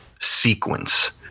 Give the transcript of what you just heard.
sequence